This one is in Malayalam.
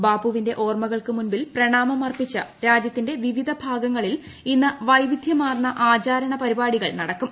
ബാപ്പുവിന്റെ ഓർമ്മകൾക്ക് മുന്നിൽ പ്രണാമം അർപ്പിച്ച് രാജൃത്തിന്റെ വിവിധ ഭാഗങ്ങളിൽ ഇന്ന് വൈവിധ്യമാർന്ന ആചരണ പരിപാടികൾ നടക്കും